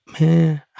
man